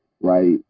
right